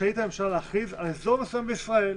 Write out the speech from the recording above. רשאית הממשלה להכריז על אזור מסוים בישראל.